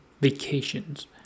vacations